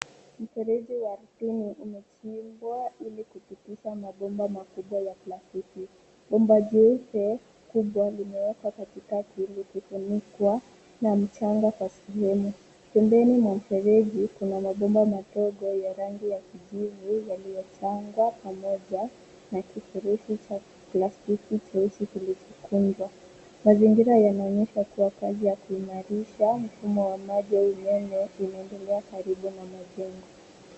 Mfereji wa ardhini umechimbwa ili kupitisha mabomba makubwa ya plastiki. Bomba jeupe kubwa limewekwa katikati ili kufunikwa na mchanga kwa sehemu. Pembeni mwa mfereji kuna mabomba madogo ya rangi ya kijivu yaliyopangwa pamoja na kifurushi cha plastiki cheusi kilichokunjwa. Mazingira yanaonyesha sarakasi ya kuimarisha mfumo wa maji au umeme inaendelea karibu na majengo.